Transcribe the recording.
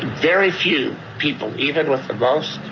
very few people even with the most